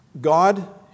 God